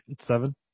Seven